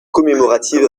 commémorative